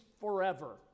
forever